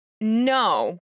No